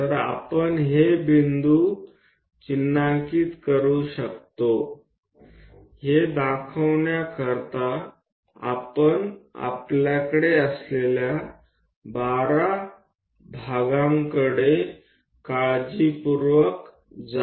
तर आपण हे बिंदू चिन्हांकित करू शकतो हे दाखवण्याकरता आपण आपल्याकडे असलेल्या 12 विभागांकडे काळजीपूर्वक जा